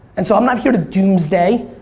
and so i'm not here to doomsday.